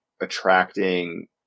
attracting